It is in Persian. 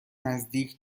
نزدیک